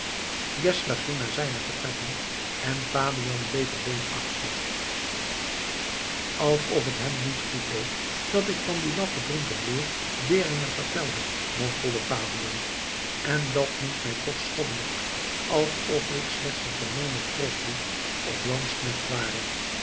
naar zijne vertrekken en fabian bleef alleen achter alsof het hem niet goed deed dat ik van dien laffen drinkebroer beringer vertelde mompelde fabian en dat noemt mij toch schobbenjak alsof ik slechts een gemeene trosboef of lansknecht ware